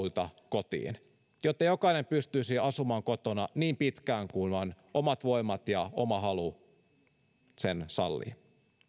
ja palveluita kotiin jotta jokainen pystyisi asumaan kotona niin pitkään kuin vain omat voimat ja oma halu sen sallivat